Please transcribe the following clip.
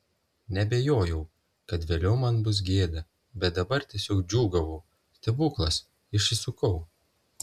neabejojau kad vėliau man bus gėda bet dabar tiesiog džiūgavau stebuklas išsisukau